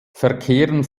verkehren